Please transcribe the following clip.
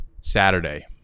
Saturday